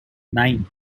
nine